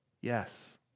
Yes